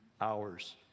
hours